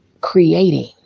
creating